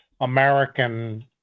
American